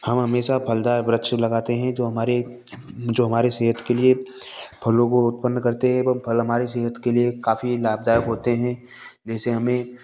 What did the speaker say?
हम हमेशा फलदार वृक्ष लगाते हैं जो हमारे जो हमारे सेहत के लिए फलों को उत्पन्न करते है एवं फल हमारे सेहत के लिए काफी लाभदायक होते हैं जैसे हमें